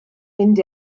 mynd